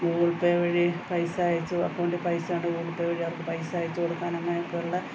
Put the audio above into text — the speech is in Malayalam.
ഗൂഗിൾ പേ വഴി പൈസ അയച്ച് അക്കൗണ്ടിൽ പൈസ ഗൂഗിൾ പേ വഴി അവർക്കു പൈസ അയച്ചു കൊടുക്കാൻ അങ്ങനെയൊക്കെയുള്ള